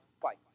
fight